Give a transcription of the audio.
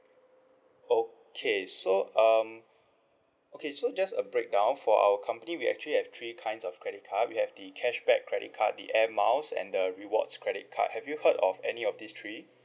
okay so um okay so just a breakdown for our company we actually have three kind of credit card we have the cashback credit card the air miles and the rewards credit card have you heard of any of these three